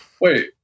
wait